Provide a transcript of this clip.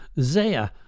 Zaya